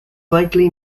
likely